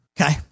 Okay